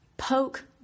Poke